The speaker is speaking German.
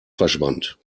verschwand